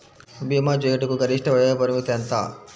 భీమా చేయుటకు గరిష్ట వయోపరిమితి ఎంత?